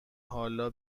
حالا